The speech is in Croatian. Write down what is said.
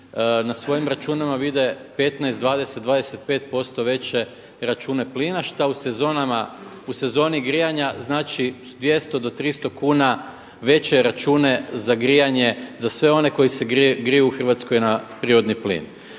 na svojim računima vide 15, 20, 25% veće račune plina što u sezoni grijanja znači 200 do 300 kuna veće račune za grijanje za sve one koji se griju u Hrvatskoj na prirodni plin.